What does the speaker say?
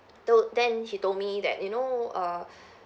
told then he told me that you know err